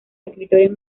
escritores